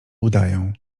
udaję